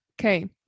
Okay